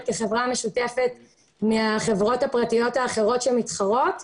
כחברה משותפת מהחברות הפרטיות האחרות שמתחרות.